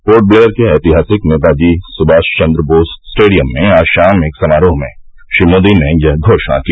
port Blair के ऐतिहासिक नेताजी सुमाष चन्द्र बोस स्टेडियम में आज शाम एक समारोह में श्री मोदी ने यह घोषणा की